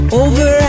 over